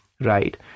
right